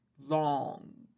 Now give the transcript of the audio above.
long